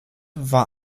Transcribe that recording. war